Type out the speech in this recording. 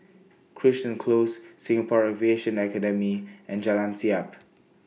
Crichton Close Singapore Aviation Academy and Jalan Siap